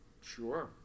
Sure